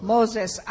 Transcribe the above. Moses